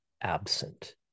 absent